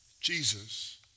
Jesus